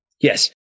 Yes